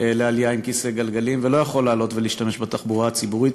לעלייה עם כיסא גלגלים והוא לא יכול לעלות ולהשתמש בתחבורה הציבורית,